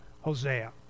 Hosea